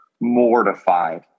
mortified